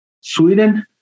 Sweden